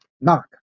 Knock